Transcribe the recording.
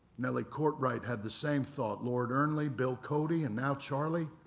nelly cartwright had the same thought. lord ernle, bill cody, and now charlie.